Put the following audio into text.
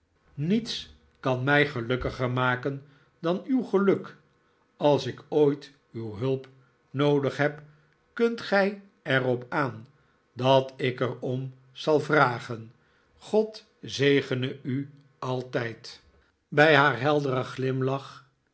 niets kan mij gelukkiger maken dan uw geluk als ik ooit uw hulp noodig w adder gif van uriah heep heb kunt gij er op aah dat ik er om zal vragen god zegene u altijd bij haar helderen glimlach